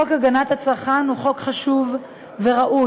חוק הגנת הצרכן הוא חוק חשוב וראוי,